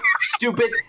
stupid